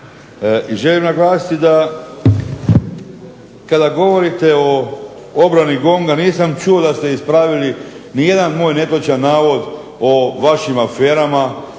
I želim naglasiti da kada govorite o obrani GONG-a nisam čuo da ste ispravili nijedan moj netočan navod o vašim aferama,